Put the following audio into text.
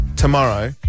tomorrow